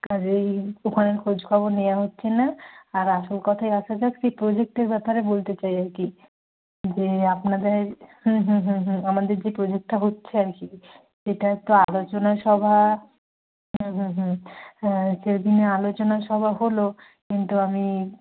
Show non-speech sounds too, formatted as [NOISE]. কাজেই ওখানের খোঁজ খবর নেওয়া হচ্ছে না আর আসল কথায় আসা যাক সেই প্রোজেক্টের ব্যাপারে বলতে চাই আর কি যে আপনাদের হুম হুম হুম হুম আমাদের যে প্রোজেক্টটা হচ্ছে আর কি এটা একটু আলোচনা সভা হুম হুম হুম [UNINTELLIGIBLE] সেদিনে আলোচনা সভা হলো কিন্তু আমি